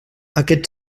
aquest